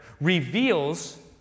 reveals